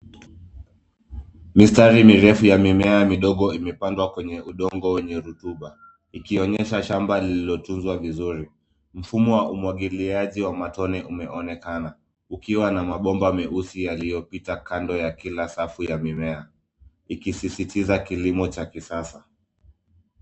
Mistari mirefu ya mimea midogo imepandwa kwenye udongo wenye rutuba, ikionyesha shamba lililo tunzwa vizuri. Mfumo wa umwagiliaji wa matone umeonekena ukiwa na mabomba meusi yaliyo pita kando ya kila safu ya mimea, ikisisitiza kilimo cha kisasa.